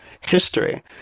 history